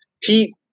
Pete